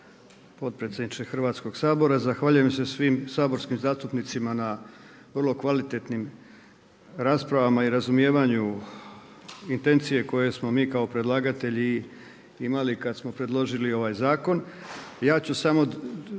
Hrvatskog sabora. Zahvaljujem se svim saborskim zastupnicima na vrlo kvalitetnim raspravama i razumijevanju intencije koje smo mi kao predlagatelji imali kad smo predložili ovaj zakon.